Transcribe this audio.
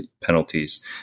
penalties